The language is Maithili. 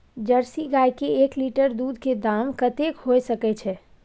जर्सी गाय के एक लीटर दूध के दाम कतेक होय सके छै?